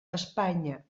espanya